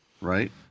Right